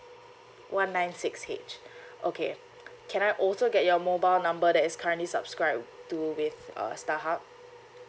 one nine six H okay can I also get your mobile number that is currently subscribed to with uh starhub